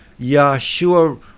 Yahshua